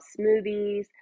smoothies